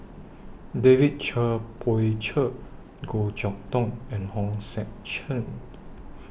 David Cher Poey Cher Goh Chok Tong and Hong Sek Chern